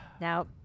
Now